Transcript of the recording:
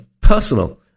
personal